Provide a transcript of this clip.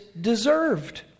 deserved